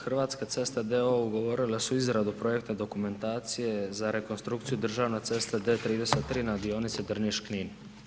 Hrvatske ceste d.o.o. ugovorile su izradu projektne dokumentacije za rekonstrukciju državne ceste D33 na dionici Drniš-Knin.